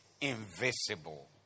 invisible